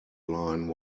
line